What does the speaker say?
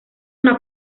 una